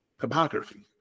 topography